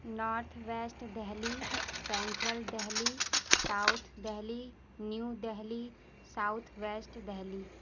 north west Delhi central Delhi south Delhi new Delhi south west Delhi